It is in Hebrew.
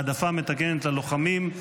העדפה מתקנת ללוחמים),